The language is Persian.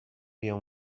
بیام